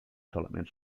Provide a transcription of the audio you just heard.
solament